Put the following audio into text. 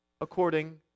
according